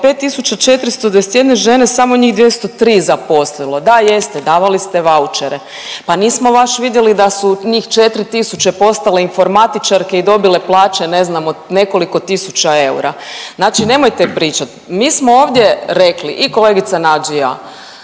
5.421 žene samo njih 203 zaposlilo. Da jeste, davali ste vaučere, pa nismo baš vidjeli da su njih 4 tisuće postale informatičarke i dobile plaće ne znam od nekoliko tisuća eura, znači nemojte pričat. Mi smo ovdje rekli i kolegica Nađ i ja